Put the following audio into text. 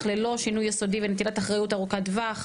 ללא שינוי יסודי ונטילת אחריות ארוכת טווח.